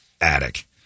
attic